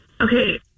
Okay